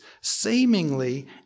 seemingly